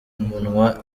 munwa